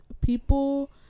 people